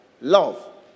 love